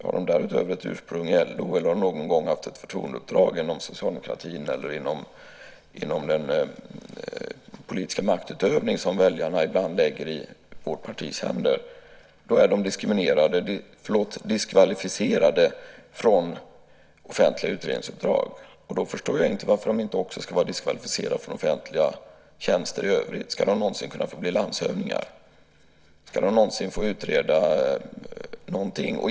Har de därutöver ett ursprung i LO eller någon gång haft ett förtroendeuppdrag inom socialdemokratin eller inom den politiska maktutövning som väljarna ibland lägger i vårt partis händer är de diskvalificerade från offentliga utredningsuppdrag. Då förstår jag inte varför de inte också ska vara diskvalificerade från offentliga tjänster i övrigt? Ska de någonsin kunna bli landshövdingar? Ska de någonsin få utreda någonting?